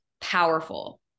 powerful